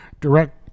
direct